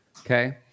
okay